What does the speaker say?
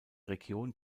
region